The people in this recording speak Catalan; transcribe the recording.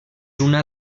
una